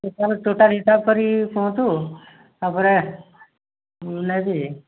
total total ହିସାବ କରିକି କୁହନ୍ତୁ ତା'ପରେ ମୁଁ ନେବି